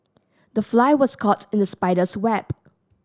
the fly was caught in the spider's web